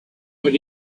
what